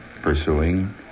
pursuing